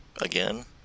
again